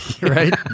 right